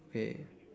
okay